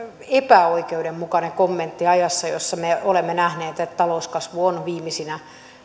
epäoikeudenmukainen kommentti ajassa jossa me olemme nähneet että talouskasvu on viimeisenä